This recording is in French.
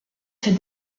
fait